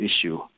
issue